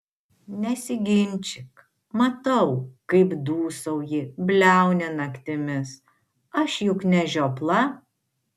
nesiginčyk matau kaip dūsauji bliauni naktimis aš juk ne žiopla